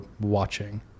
watching